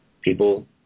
people